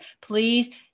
Please